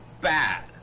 bad